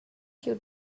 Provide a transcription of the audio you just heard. you